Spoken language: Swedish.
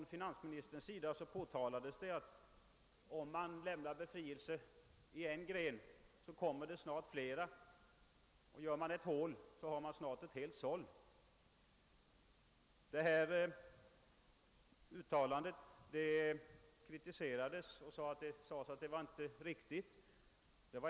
Finansministern framhöll att om man lämnar befrielse för en grupp kommer snart flera krav, och gör man ett hål har man snart ett såll. Man kritiserade detta uttalande och sade att det inte var riktigt.